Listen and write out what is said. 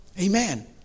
Amen